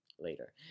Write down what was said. later